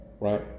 right